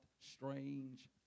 strange